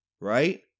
Right